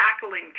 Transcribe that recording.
tackling